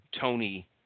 Tony